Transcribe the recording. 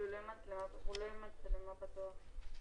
בכביש הזה,